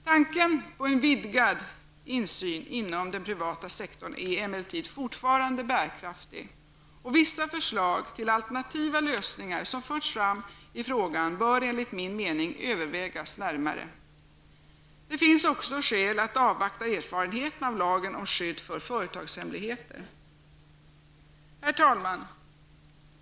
Tanken på en vidgad insyn inom den privata sektorn är emellertid fortfarande bärkraftig och vissa förslag till alternativa lösningar som förts fram i frågan bör enligt min mening övervägas närmare. Det finns också skäl att avvakta erfarenheterna av lagen om skydd för företagshemligheter. Herr talman!